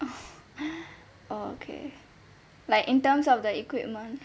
oh oh okay like in terms of the equipment